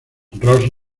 ross